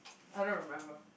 I don't remember